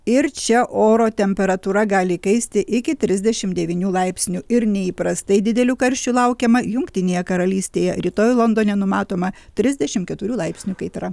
ir čia oro temperatūra gali įkaisti iki trisdešim devynių laipsnių ir neįprastai didelių karščių laukiama jungtinėje karalystėje rytoj londone numatoma trisdešim keturių laipsnių kaitra